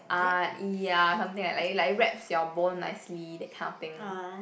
uh ya something like like it wraps your bone nicely that kind of thing